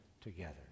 together